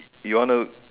you want to